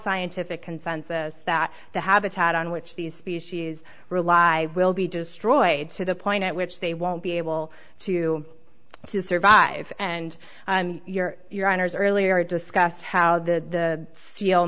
scientific consensus that the habitat on which these species rely will be destroyed to the point at which they won't be able to survive and your your honour's earlier discussed how the